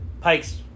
Pike's